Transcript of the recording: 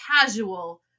casual